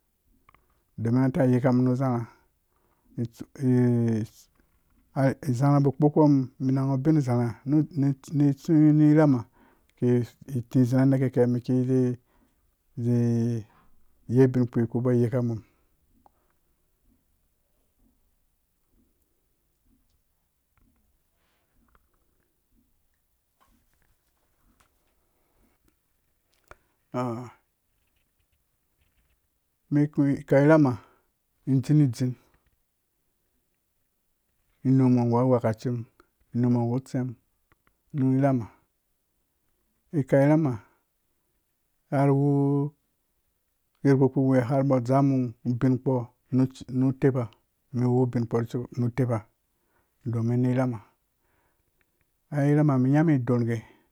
Domin nga ka yikamum nu zarha zarha bu kpɔ mum mi nyangu ubin zarha nu irhamha iku iti zi anang ki kɛ mi ki zi zii yei bin kpurkpi kuba yaka mum ah mi ku khau. irhamha ni dzindzin inu mɔ nggu angwhekaci mum nu mɔ nggu tsɛmum nu rhamha i khau irhamha har wu bin kpu ki we har mbɔ dzaa mum ubinkpo nu tepa mi wu ubinkpo nu utepa domin ni irhamha ai irhamha mi nyami idorh ngge